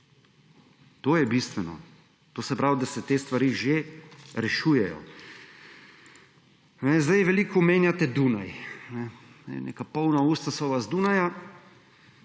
To je bistveno. To se pravi, da se te stvari že rešujejo. Veliko omenjate Dunaj. Neka polna usta so vas Dunaja,